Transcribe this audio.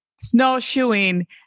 snowshoeing